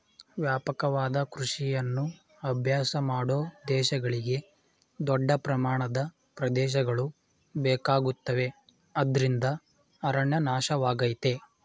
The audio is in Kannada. ವ್ಯಾಪಕವಾದ ಕೃಷಿಯನ್ನು ಅಭ್ಯಾಸ ಮಾಡೋ ದೇಶಗಳಿಗೆ ದೊಡ್ಡ ಪ್ರಮಾಣದ ಪ್ರದೇಶಗಳು ಬೇಕಾಗುತ್ತವೆ ಅದ್ರಿಂದ ಅರಣ್ಯ ನಾಶವಾಗಯ್ತೆ